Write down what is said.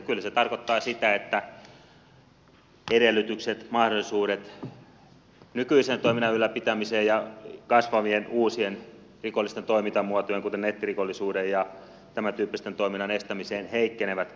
kyllä se tarkoittaa sitä että edellytykset mahdollisuudet nykyisen toiminnan ylläpitämiseen ja kasvavien uusien rikollisten toimintamuotojen kuten nettirikollisuuden ja tämän tyyppisen toiminnan estämiseen heikkenevät